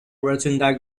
rotunda